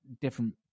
different